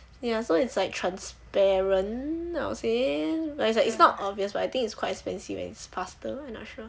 ya so it's like transparent I'll say but it's like it's not obvious right but I think it's quite expensive and it's faster I'm not sure